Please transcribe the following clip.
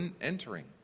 entering